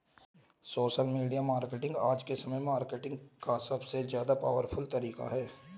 social media marketing आज के समय में मार्केटिंग का सबसे ज्यादा पॉवरफुल तरीका है